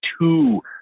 two